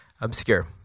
obscure